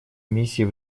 миссии